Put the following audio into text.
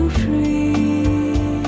free